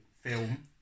film